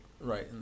right